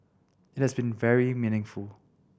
it has been very meaningful